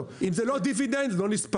אם זה לא דיבידנד זה לא נספר.